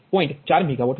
4 megawatt